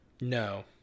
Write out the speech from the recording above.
No